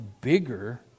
bigger